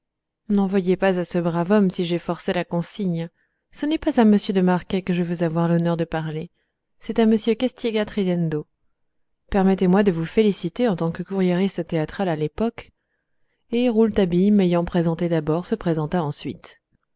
veuillez pas à ce brave homme si j'ai forcé la consigne ce n'est pas à m de marquet que je veux avoir l'honneur de parler c'est à m castigat ridendo permettez-moi de vous féliciter en tant que courriériste théâtral à l'époque et rouletabille m'ayant présenté d'abord se présenta ensuite